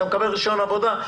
אתה מקבל רישיון העבודה,